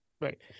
Right